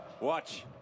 watch